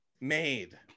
made